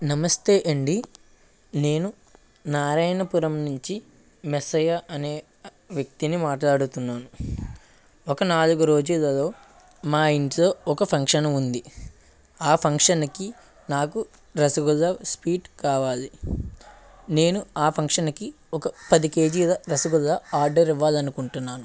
నమస్తే అండి నేను నారాయణ పురం నుంచి మెస్సయ అనే వ్యక్తిని మాట్లాడుతున్నాను ఒక నాలుగు రోజులలో మా ఇంట్లో ఒక ఫంక్షన్ ఉంది ఆ ఫంక్షన్కి నాకు రసగుల్లా స్వీట్ కావాలి నేను ఆ ఫంక్షన్కి ఒక పది కేజీల రసగుల్లా ఆర్డర్ ఇవ్వాలనుకుంటున్నాను